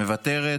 מוותרת,